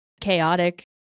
chaotic